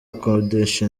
akodesha